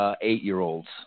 eight-year-olds